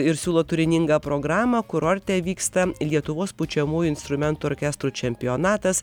ir siūlo turiningą programą kurorte vyksta lietuvos pučiamųjų instrumentų orkestrų čempionatas